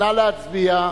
נא להצביע.